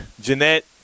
Jeanette